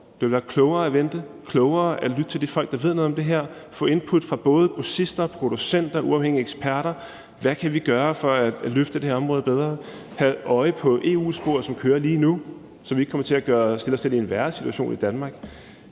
det ville være klogere at vente og lytte til de folk, der ved noget om det her, og så få input fra både grossister og producenter og uafhængige eksperter og se på, hvad vi kan gøre for at løfte det her område bedre og have øje på det EU-spor, som kører lige nu, så vi ikke kommer til at stå i en værre situation i Danmark.